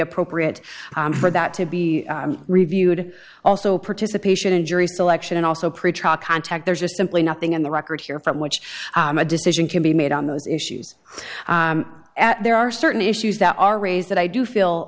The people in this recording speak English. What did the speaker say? appropriate for that to be reviewed also participation in jury selection and also pretrial contact there's just simply nothing in the record here from which a decision can be made on those issues at there are certain issues that are raised that i do feel